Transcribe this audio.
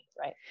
right